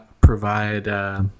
provide